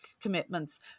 commitments